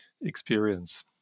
experience